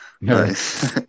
Nice